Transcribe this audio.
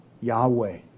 Yahweh